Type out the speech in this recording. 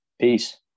peace